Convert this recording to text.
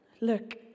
look